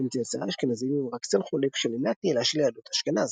האם צאצאי האשכנזים הם רק צל חולף של ימי התהילה של יהדות אשכנז.